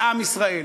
לעם ישראל.